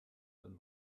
dann